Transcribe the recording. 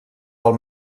del